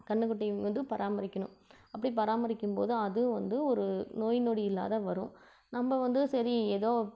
கன்றுக்குட்டியுங்கிறதும் பராமரிக்கணும் அப்படி பராமரிக்கும்போது அதுவும் வந்து ஒரு நோய் நொடி இல்லாத வரும் நம்ம வந்து சரி எதோ